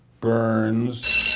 Burns